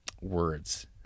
words